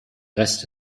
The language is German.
rest